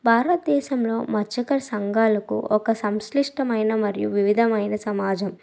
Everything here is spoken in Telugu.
భారతదేశంలో మత్స్యకారు సంఘాలకు ఒక సంశ్లిష్టమైన మరియు వివిధమైన సమాజం